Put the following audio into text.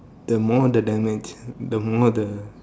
the more the damage the more the